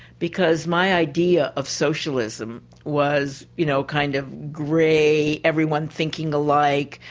because my idea of socialism was you know kind of grey, everyone thinking alike,